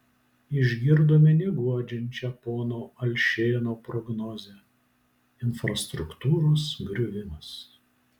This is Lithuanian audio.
išgirdome neguodžiančią pono alšėno prognozę infrastruktūros griuvimas